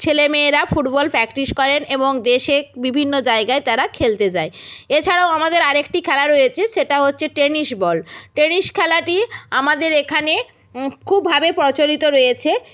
ছেলে মেয়েরা football practice করেন এবং দেশে বিভিন্ন জায়গায় তারা খেলতে যায় এছাড়াও আমাদের আর একটি খেলা রয়েছে সেটা হচ্ছে টেনিস বল টেনিস খেলাটি আমাদের এখানে খুব ভাবে প্রচলিত রয়েছে